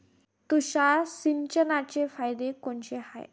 तुषार सिंचनाचे फायदे कोनचे हाये?